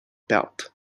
belt